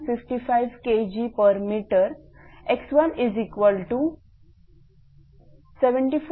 55 Kgm x174